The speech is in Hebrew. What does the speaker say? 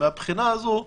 מהבחינה הזאת,